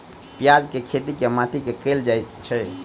प्याज केँ खेती केँ माटि मे कैल जाएँ छैय?